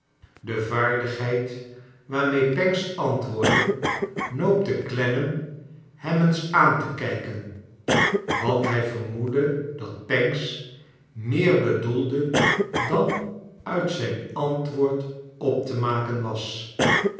de vaardigheid waarmee pancks antwoordde noopte clennam hem eens aan te kijken want hij vermoedde dat pancks meer bedoelde dan uit zijn antwoord op te maken was